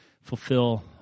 fulfill